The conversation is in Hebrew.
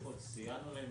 קודם כול, סייענו להם